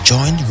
Join